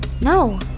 No